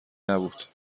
نبود